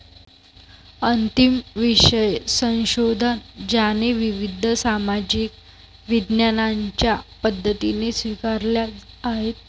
अंतिम विषय संशोधन ज्याने विविध सामाजिक विज्ञानांच्या पद्धती स्वीकारल्या आहेत